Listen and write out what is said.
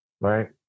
right